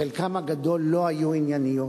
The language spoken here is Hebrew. חלקן הגדול לא היו ענייניות.